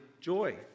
joy